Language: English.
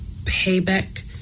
payback